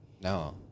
No